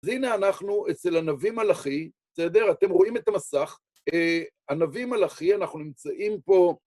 אז הנה אנחנו אצל הנביא מלאכי, בסדר? אתם רואים את המסך. הנביא מלאכי, אנחנו נמצאים פה